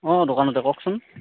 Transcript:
অ দোকানতে কওকচোন